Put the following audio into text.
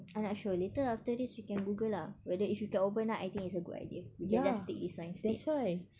I not sure later after this we can google ah whether if we can overnight I think it's a good idea we can just take this one instead